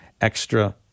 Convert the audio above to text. extra